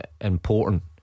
important